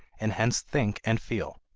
and hence think and feel.